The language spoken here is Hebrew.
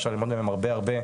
אפשר ללמוד מהם הרבה הרבה,